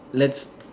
let's